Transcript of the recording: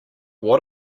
what